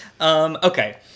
Okay